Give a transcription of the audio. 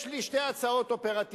יש לי שתי הצעות אופרטיביות,